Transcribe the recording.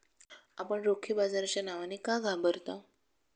आपण रोखे बाजाराच्या नावाने का घाबरता?